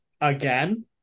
again